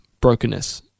brokenness